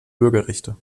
bürgerrechte